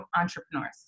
entrepreneurs